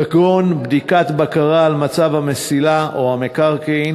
כגון בדיקת בקרה על מצב המסילה או המקרקעין